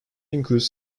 includes